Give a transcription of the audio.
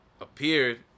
appeared